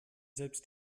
selbst